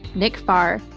nick farr,